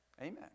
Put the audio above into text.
Amen